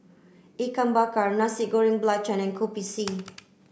Ikan Bakar Nasi Goreng Belacan and Kopi C